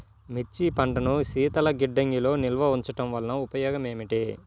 మిర్చి పంటను శీతల గిడ్డంగిలో నిల్వ ఉంచటం వలన ఉపయోగం ఏమిటి?